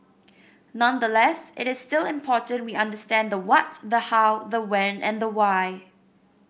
nonetheless it is still important we understand the what the how the when and the why